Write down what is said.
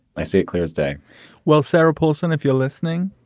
i see it clear as day well, sarah paulson, if you're listening.